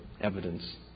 evidence